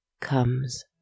comes